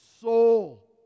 soul